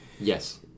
Yes